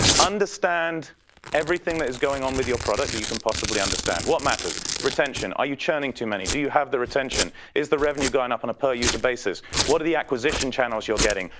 understand everything that is going on with your product that you can possibly understand. what matters? retention. are you churning too many? do you have the retention is the revenue going up on a per user basis? what are the acquisition channels you're getting?